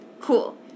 Cool